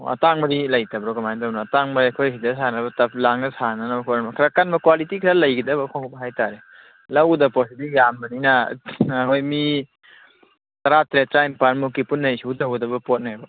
ꯑꯣ ꯑꯇꯥꯡꯕꯗꯤ ꯂꯩꯇꯕ꯭ꯔꯣ ꯀꯃꯥꯏꯅ ꯇꯧꯕꯅꯣ ꯑꯇꯥꯡꯕ ꯑꯩꯈꯣꯏ ꯁꯤꯗ ꯁꯥꯟꯅꯕ ꯇꯐ ꯂꯥꯡꯗ ꯁꯥꯟꯅꯅꯕ ꯈꯣꯠꯅꯕ ꯈꯔ ꯀꯟꯕ ꯀ꯭ꯋꯥꯂꯤꯇꯤ ꯈꯔ ꯂꯩꯒꯗꯕ ꯈꯣꯡꯎꯞ ꯍꯥꯏꯇꯔꯦ ꯂꯧꯒꯗꯕ ꯄꯣꯠꯁꯤꯗꯤ ꯌꯥꯝꯕꯅꯤꯅ ꯑꯩꯈꯣꯏ ꯃꯤ ꯇꯔꯥ ꯇꯔꯦꯠ ꯇꯔꯥ ꯅꯤꯄꯤꯟ ꯃꯨꯛꯀꯤ ꯄꯨꯟꯅ ꯏꯁꯨ ꯇꯧꯒꯗꯕ ꯄꯣꯠꯅꯦꯕ